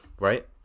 right